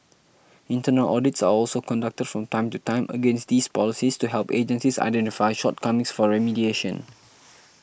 internal audits are also conducted from time to time against these policies to help agencies identify shortcomings for remediation